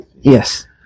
yes